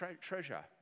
treasure